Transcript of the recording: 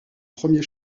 premier